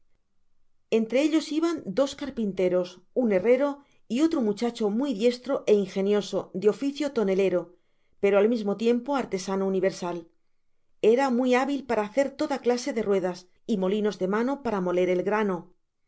entre ellos iban dos carpinteros un herrero y otro muchacho muy diestro é ingenioso de oficio tonelero pero al mismo tiempo artesano universal era muy hábil para hacer toda clase de ruedas y molinos de mano para moler el grano